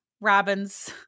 Robin's